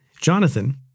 Jonathan